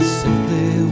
simply